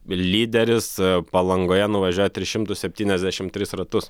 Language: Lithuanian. lyderis palangoje nuvažiuoja tris šimtus septyniasdešim tris ratus